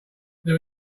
there